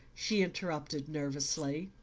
she interrupted nervously.